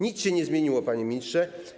Nic się nie zmieniło, panie ministrze.